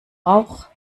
rauch